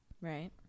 right